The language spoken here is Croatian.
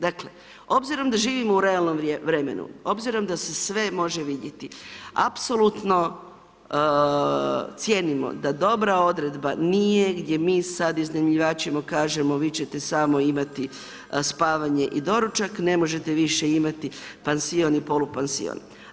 Dakle, obzirom da živimo u realnom vremenu, obzirom da se sve može vidjeti, apsolutno cijenimo da dobra odredba nije gdje mi sad iznajmljivačima kažemo vi ćete samo imati spavanje i doručak, ne možete više imati pansion i polupansion.